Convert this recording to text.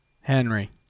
Henry